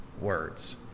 words